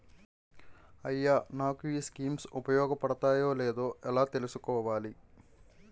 అయ్యా నాకు ఈ స్కీమ్స్ ఉపయోగ పడతయో లేదో ఎలా తులుసుకోవాలి?